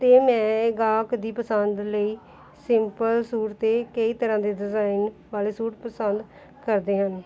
ਅਤੇ ਮੈਂ ਇਹ ਗਾਹਕ ਦੀ ਪਸੰਦ ਲਈ ਸਿੰਪਲ ਸੂਟ 'ਤੇ ਕਈ ਤਰ੍ਹਾਂ ਦੇ ਡਜ਼ਾਇਨ ਵਾਲੇ ਸੂਟ ਪਸੰਦ ਕਰਦੇ ਹਨ